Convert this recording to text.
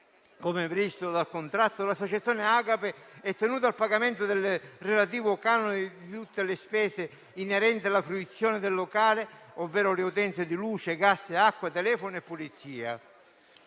come previsto dal contratto, l'associazione Agape è tenuta al pagamento del relativo canone di tutte le utenze inerenti la fruizione del locale, ovvero le utenze di luce, gas, acqua, telefono e pulizie.